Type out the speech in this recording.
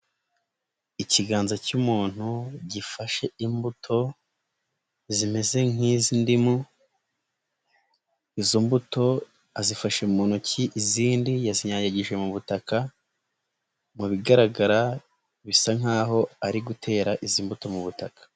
Ikiganza cy'umuntu gifashe imbuto zimeze nk'izindimu izo mbuto azifashe mu ntoki izindi yazinyanyagije mu butaka mu bigaragara bisa nk'aho ari gutera izi mbuto mu butaka.